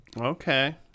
okay